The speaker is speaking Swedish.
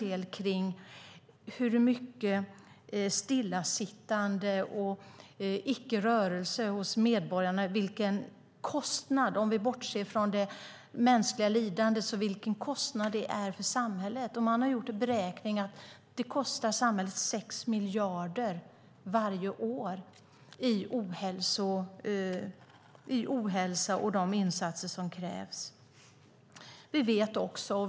Det har forskats en del på vilken kostnad, om vi bortser från det mänskliga lidandet, stillasittandet innebär för samhället. Den beräkning man har gjort visar att de insatser som krävs på grund av ohälsa kostar samhället 6 miljarder varje år.